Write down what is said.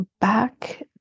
back